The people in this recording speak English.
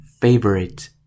favorite